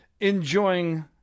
Enjoying